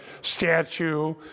statue